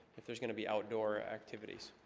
if there's gonna be outdoor activities